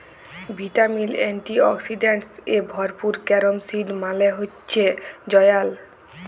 vitamin, antioxidants এ ভরপুর carom seed মালে হচ্যে জয়াল